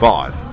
Five